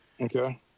Okay